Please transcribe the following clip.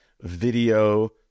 video